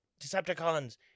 Decepticons